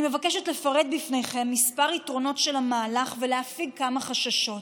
אני מבקשת לפרט בפניכם כמה יתרונות של המהלך ולהפיג כמה חששות.